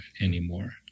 anymore